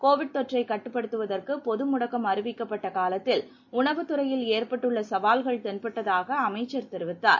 Covid தொற்றைக் கட்டுப்படுத்துவதற்கு பொது முடக்கம் அறிவிக்கப்பட்ட காலத்தில் உணவுத் துறையில் ஏற்பட்டுள்ள சவால்கள் தென்பட்டதாக அமைச்சர் தெரிவித்தார்